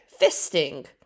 fisting